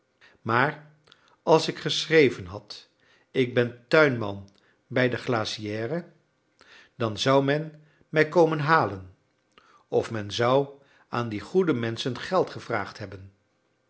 maar als ik geschreven had ik ben tuinman bij de glacière dan zou men mij komen halen of men zou aan die goede menschen geld gevraagd hebben